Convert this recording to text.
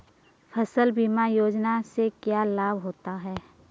फसल बीमा योजना से क्या लाभ होता है?